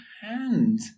Hand